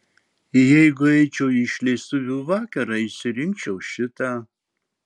jeigu eičiau į išleistuvių vakarą išsirinkčiau šitą